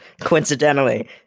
coincidentally